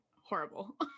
horrible